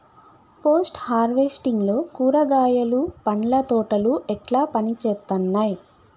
Post harvesting లో కూరగాయలు పండ్ల తోటలు ఎట్లా పనిచేత్తనయ్?